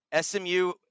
SMU